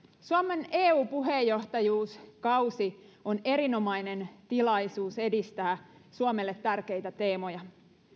suomen eu puheenjohtajuuskausi on erinomainen tilaisuus edistää suomelle tärkeitä teemoja